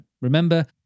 Remember